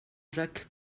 jacques